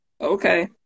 okay